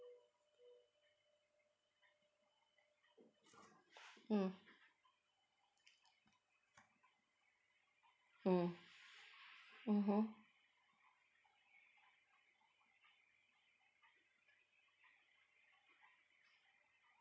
mm mm mmhmm